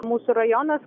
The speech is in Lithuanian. mūsų rajonas